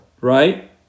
right